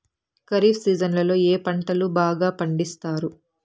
ఖరీఫ్ సీజన్లలో ఏ పంటలు బాగా పండిస్తారు